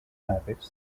dades